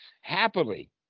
happily